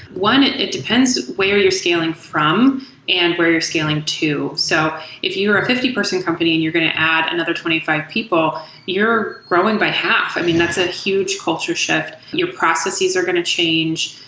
one, it depends where you're scaling from and where you're scaling to. so if you're a fifty percent company and you're going to add another twenty five people, you're growing by half. i mean, that's a huge culture shift. your processes are going to change.